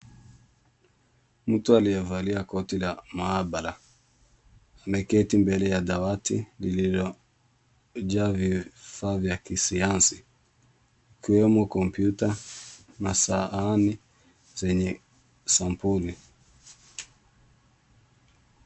Mtu aliyevalia koti la maabara ameketi mbele ya dawati lililojaa vifaa vya kisayansi ikiwemo kompyuta na sahani zenye sampuli.